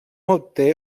obté